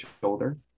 shoulder